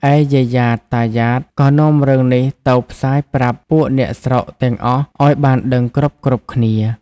ឯយាយយ៉ាត តាយ៉ាត ក៏នាំរឿងនេះទៅផ្សាយប្រាប់ពួកអ្នកស្រុកទាំងអស់ឱ្យបានដឹងគ្រប់ៗគ្នា។